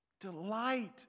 Delight